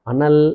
Anal